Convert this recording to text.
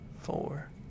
four